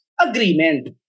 agreement